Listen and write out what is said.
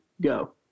go